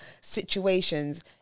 situations